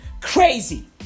crazy